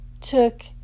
took